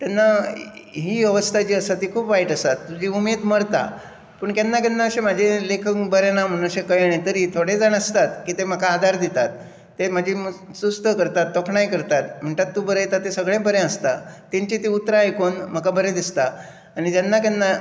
तेन्ना ही अवस्था जी आसा ती खूब वायट आसा तुजी उमेद मरता पूण केन्ना केन्ना म्हजे लेखन बरे ना म्हण कळ्ळे तेन्ना थोडे जाण आसता ते म्हाका आदार दिता ते म्हजी तुस्त करता तोखणाय करतात म्हणटात तूं बरयता ते सगळें बरें आसता तांची तीं उतरां आयकून म्हाका बरें दिसतां आनी जेन्ना केन्नाय